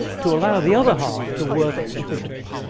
to allow the other half to work efficiently.